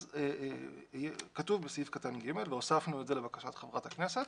אז כתוב בסעיף קטן (ג) והוספנו את זה לבקשת חברת הכנסת,